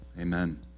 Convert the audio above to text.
Amen